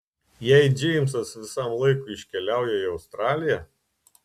jei džeimsas visam laikui iškeliauja į australiją